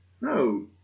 no